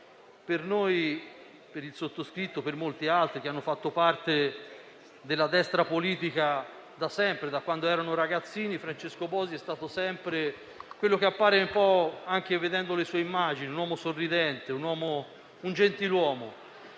per noi, per il sottoscritto, per molti altri che hanno fatto parte della destra politica, da sempre, sin da ragazzini, Francesco Bosi è stato sempre - anche vedendo le sue immagini - un uomo sorridente, un gentiluomo,